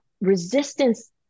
resistance